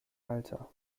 alter